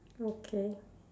okay